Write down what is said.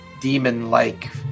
demon-like